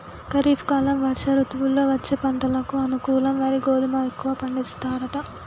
ఖరీఫ్ కాలం వర్ష ఋతువుల్లో వచ్చే పంటకు అనుకూలం వరి గోధుమ ఎక్కువ పండిస్తారట